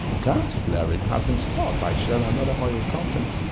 gas flaring has been stopped by shell and other oil companies.